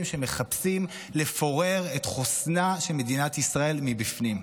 שמחפשים לפורר את חוסנה של מדינת ישראל מבפנים.